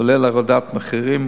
כולל הורדת מחירים,